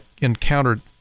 encountered